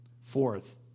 Fourth